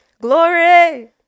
Glory